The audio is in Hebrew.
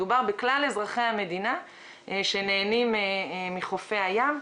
מדובר בכלל אזרחי המדינה שנהנים מחופי הים,